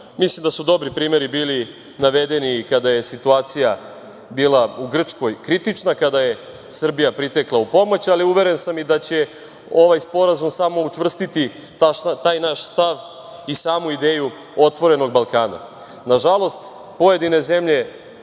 Mislim da su dobri primeri bili navedeni kada je situacija bila kritična u Grčkoj, kada je Srbija pritekla u pomoć, ali uveren sam i da će ovaj Sporazum samo učvrstiti taj naš stav i samu ideju otvorenog Balkana. Nažalost, pojedine zemlje